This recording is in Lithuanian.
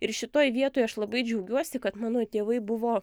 ir šitoj vietoj aš labai džiaugiuosi kad mano tėvai buvo